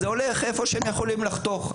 זה הולך איפה שהם יכולים לחתוך.